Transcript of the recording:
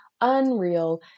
unreal